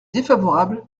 défavorable